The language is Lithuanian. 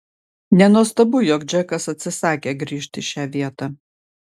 nenuostabu jog džekas atsisakė grįžt į šią vietą